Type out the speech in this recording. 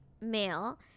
male